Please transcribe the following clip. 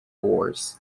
wars